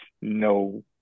no